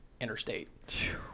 interstate